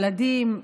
ילדים,